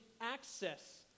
access